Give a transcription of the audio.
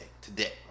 today